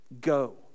Go